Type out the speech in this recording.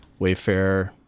Wayfair